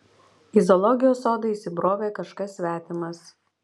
į zoologijos sodą įsibrovė kažkas svetimas